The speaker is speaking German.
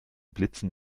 blitzen